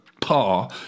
par